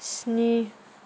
स्नि